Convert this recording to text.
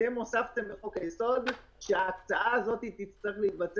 ואתם הוספתם בחוק היסוד שההצעה הזאת תצטרך להתבצע